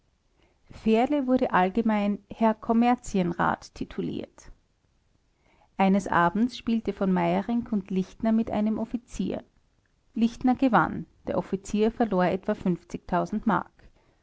fährle wurde allgemein herr kommerzienrat tituliert eines abends spielte v meyerinck und lichtner mit einem offizier lichtner gewann der offizier verlor etwa mark